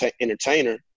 entertainer